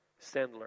Sandler